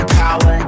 power